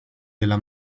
della